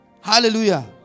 Hallelujah